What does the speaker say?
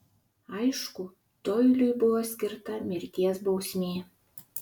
aišku doiliui buvo skirta mirties bausmė